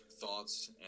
thoughts